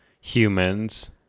humans